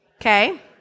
Okay